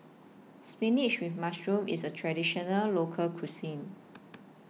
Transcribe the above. Spinach with Mushroom IS A Traditional Local Cuisine